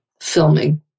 filming